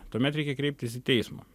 tuomet reikia kreiptis į teismą